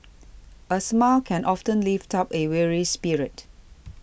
a smile can often lift up a weary spirit